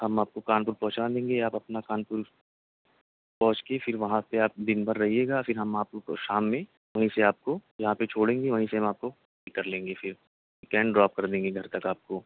ہم آپ کو کانپور پہنچا دیں گے آپ اپنا کانپور پہنچ کے پھر وہاں پہ آپ دن بھر رہیے گا پھر ہم آپ کو شام میں وہیں سے آپ کو جہاں پہ چھوڑیں گے وہیں سے ہم آپ کو پک کر لیں گے پھر پک اینڈ ڈراپ کر دیں گے گھر تک آپ کو